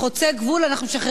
ועדיין ממשיכים לשחרר אותם,